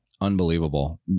unbelievable